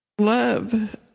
love